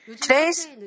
Today's